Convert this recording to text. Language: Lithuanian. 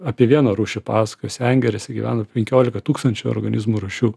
apie vieną rūšį pasakoju sengirėse gyvena penkiolika tūkstančių organizmų rūšių